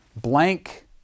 blank